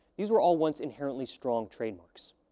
these were all once inherently strong trademarks.